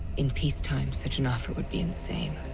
in peacetime, such an offer would be insane.